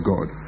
God